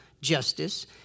justice